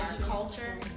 culture